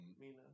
Mina